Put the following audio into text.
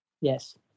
Yes